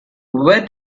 where